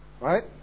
Right